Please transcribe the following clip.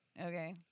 okay